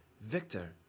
Victor